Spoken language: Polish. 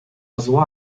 zła